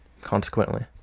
consequently